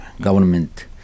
government